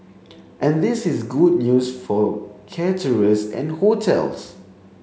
and this is good news for caterers and hotels